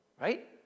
right